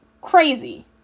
crazy